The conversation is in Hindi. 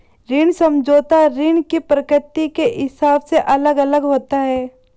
ऋण समझौता ऋण की प्रकृति के हिसाब से अलग अलग होता है